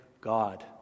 God